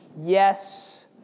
yes